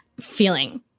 feeling